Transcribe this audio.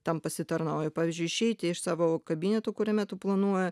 tam pasitarnauja pavyzdžiui išeiti iš savo kabineto kuriame tu planuoji